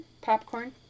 popcorn